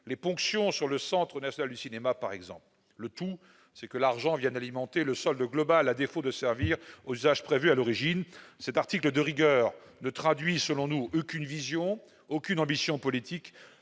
les ponctions sur le Centre national du cinéma, par exemple. Le tout, c'est que l'argent vienne alimenter le solde global, à défaut de servir aux usages prévus à l'origine. Cet article de rigueur ne traduit selon nous aucune vision, aucune ambition politique,